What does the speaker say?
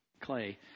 clay